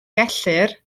gellir